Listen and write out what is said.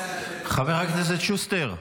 חבר הכנסת שוסטר,